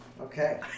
Okay